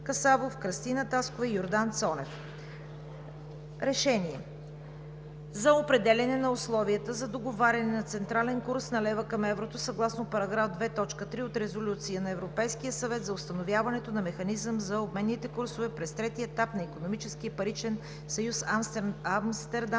Касабов, Кръстина Таскова и Йордан Цонев. „РЕШЕНИЕ за определяне на условията за договаряне на централен курс на лева към еврото съгласно параграф 2.3 от Резолюция на Европейския съвет за установяването на механизъм на обменните курсове през третия етап на Икономическия и паричен съюз Амстердам,